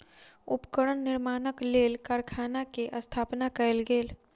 उपकरण निर्माणक लेल कारखाना के स्थापना कयल गेल